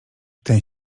ten